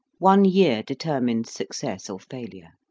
one year determines success or failure.